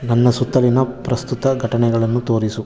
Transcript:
ನನ್ನ ಸುತ್ತಲಿನ ಪ್ರಸ್ತುತ ಘಟನೆಗಳನ್ನು ತೋರಿಸು